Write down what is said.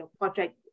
project